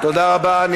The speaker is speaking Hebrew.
למה אתם, תודה רבה.